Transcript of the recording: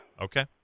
Okay